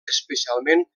especialment